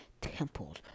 temples